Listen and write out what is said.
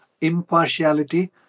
impartiality